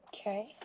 okay